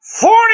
Forty